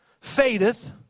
fadeth